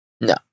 No